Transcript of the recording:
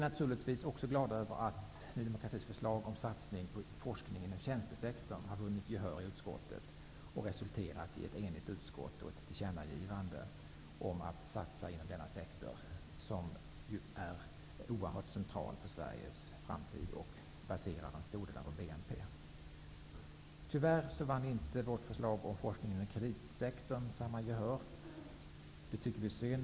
Naturligtvis är vi också glada över att Ny demokratis förslag om en satsning på forskning inom tjänstesektorn har vunnit gehör i utskottet och resulterat i att ett enigt utskott har gjort ett tillkännagivande om satsningar inom denna sektor. Tjänstesektorn är oerhört central för Sveriges framtid, och det är på denna som vår BNP till stor del baseras. Tyvärr vann vårt förslag om forskningen inom kreditsektorn inte samma gehör. Det tycker vi är synd.